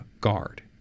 guard